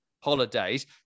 holidays